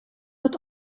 het